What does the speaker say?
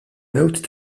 mewt